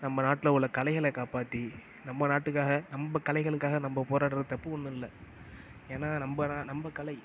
நம்ம நாட்டில் உள்ள கலைகளை காப்பாற்றி நம்ம நாட்டுக்காக நம்ம கலைகளுக்காக நம்ம போராடுவது தப்பு ஒன்றும் இல்லை ஏன்னா நம்ம நம்ம கலை